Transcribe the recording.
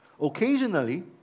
Occasionally